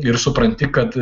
ir supranti kad